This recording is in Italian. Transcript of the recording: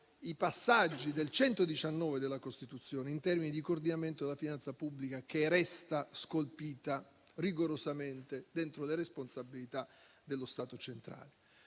i passaggi dell'articolo 119 della Costituzione in termini di coordinamento della finanza pubblica, che resta scolpita rigorosamente dentro le responsabilità dello Stato centrale.